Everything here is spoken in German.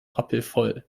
rappelvoll